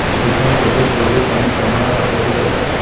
सूक्ष्म पोषक द्रव्ये कमी प्रमाणात वापरली जातात